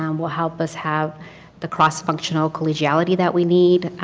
um will help us have the cross functional collegiality that we need.